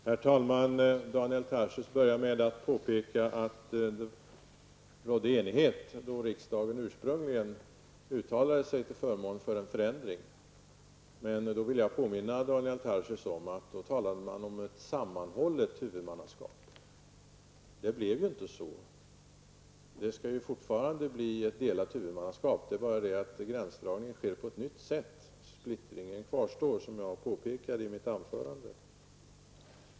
Herr talman! Daniel Tarschys började med att påpeka att det rådde enighet när riksdagen ursprungligen uttalade sig till förmån för en förändring. Men jag vill påminna Daniel Tarschys om att man då talade om ett sammanhållet huvudmannaskap. Det blev inte så. Det skall ju fortfarande bli ett delat huvudmannaskap. Det är bara det att gränsdragningen sker på ett nytt sätt. Splittringen kvarstår, som jag påpekade i mitt huvudanförande.